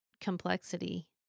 complexity